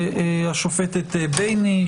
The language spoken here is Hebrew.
השופטת בייניש,